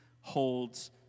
holds